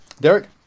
Derek